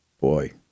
boy